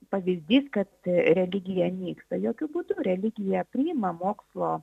pavyzdys kad religija nyksta jokiu būdu religija priima mokslo